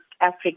Africa